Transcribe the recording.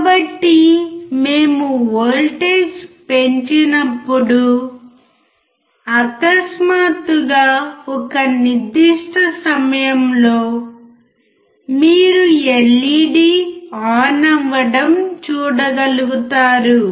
కాబట్టి మేము వోల్టేజ్ పెంచినప్పుడు అకస్మాత్తుగా ఒక నిర్దిష్ట సమయంలో మీరు LED ఆన్ అవ్వడం చూడగలుగుతారు